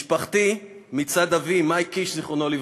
משפחתי מצד אבי, מייק קיש ז"ל,